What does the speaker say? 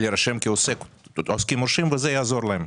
להירשם כעוסקים מורשים, וזה יעזור להם.